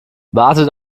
wartet